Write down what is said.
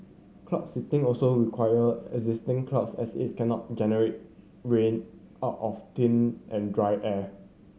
cloud seeding also require existing clouds as it cannot generate rain out of thin and dry air